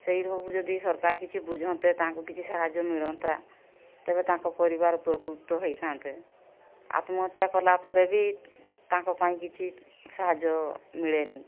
ସେଇ ସବୁ ଯଦି ସରକାର କିଛି ବୁଝନ୍ତେ ତାଙ୍କୁ କିଛି ସାହାଯ୍ୟ ମିଳନ୍ତା ତେବେ ତାଙ୍କ ପରିବାର ଉପକୃତ ହୋଇଥାନ୍ତେ ଆତ୍ମହତ୍ୟା କଲାପରେ ବି ତାଙ୍କ ପାଇଁ କିଛି ସାହାଯ୍ୟ ମିଳେନି